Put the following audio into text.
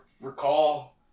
recall